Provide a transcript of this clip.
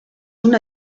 una